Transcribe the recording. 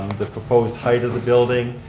the proposed height of the building,